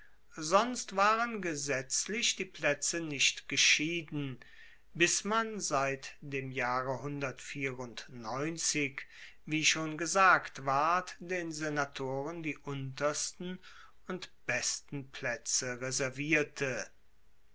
sonst waren gesetzlich die plaetze nicht geschieden bis man seit dem jahre wie schon gesagt ward den senatoren die untersten und besten plaetze reservierte